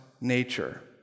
nature